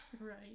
right